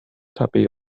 tuppy